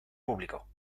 público